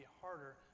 harder